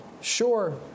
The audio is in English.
Sure